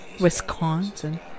Wisconsin